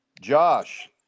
Josh